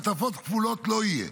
מעטפות כפולות לא יהיו,